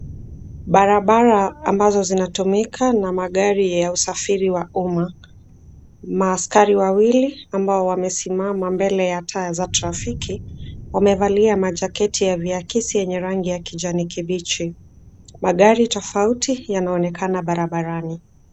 Barabara ambazo zinatumika na magari ya usafiri wa umma. Askari wawili ambao wamesimama mbele ya taa za trafiki wamevalia majaketi ya viakisi yenye rangi ya kijani kibichi. Magari tofauti yanaonekana barabarani.